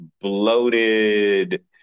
bloated